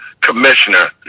commissioner